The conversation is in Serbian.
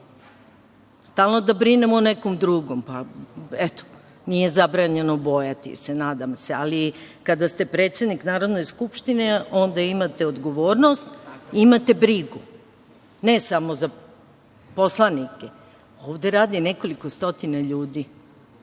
Stalno da brinemo o nekom drugom. Nije zabranjeno bojati se, ali kada ste predsednik Narodne skupštine, onda imate odgovornost i imate brigu, ne samo za poslanike. Ovde radi nekoliko stotina ljudi.